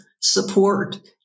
support